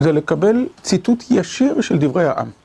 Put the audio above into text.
זה לקבל ציטוט ישיר של דברי העם.